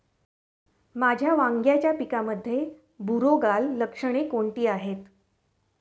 माझ्या वांग्याच्या पिकामध्ये बुरोगाल लक्षणे कोणती आहेत?